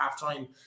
halftime